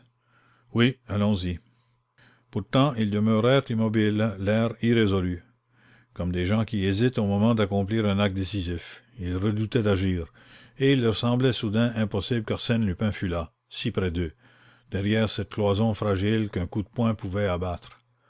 pourtant ils demeurèrent immobiles l'air irrésolu comme des gens qui hésitent au moment d'accomplir un acte décisif ils redoutaient d'agir et il leur semblait soudain impossible qu'arsène lupin fût là si près deux derrière cette cloison fragile qu'un coup de poing pouvait abattre